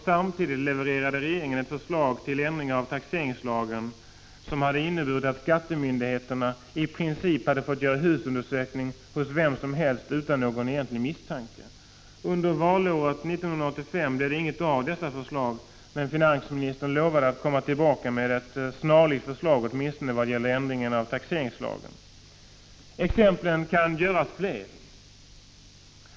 Samtidigt levererade regeringen ett förslag till ändring av taxeringslagen, som hade inneburit att skattemyndigheterna i princip hade fått göra husundersökning hos vem som helst utan någon egentlig misstanke. Under valåret 1985 blev det inget av 81 dessa förslag, men finansministern lovade att komma tillbaka med ett snarlikt förslag vad gäller ändringen av taxeringslagen. Exemplen kan göras fler.